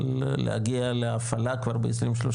אבל להגיע להפעלה כבר ב-2030,